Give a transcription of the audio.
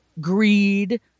greed